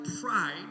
pride